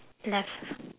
left